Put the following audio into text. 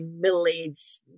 middle-aged